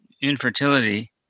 infertility